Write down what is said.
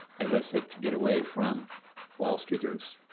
as i said to get away from wall streeters.